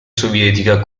sovietica